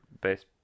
best